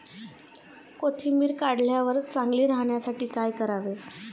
कोथिंबीर काढल्यावर चांगली राहण्यासाठी काय करावे?